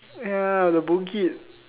ya the Boon-Kit